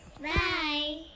Bye